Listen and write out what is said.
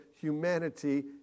humanity